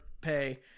pay